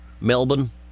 Melbourne